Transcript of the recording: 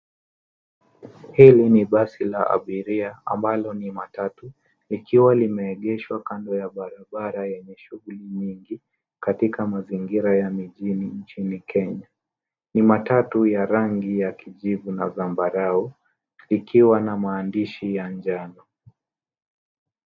Hili ni basi la abiria ambalo ni matatu likiwa limeegeshwa kando ya barabara yenye shughuli nyingi katika mazingira ya mijini nchini Kenya. Ni matatu ya rangi ya kijivu na zambarau ikiwa na maandishi ya njano.